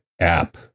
app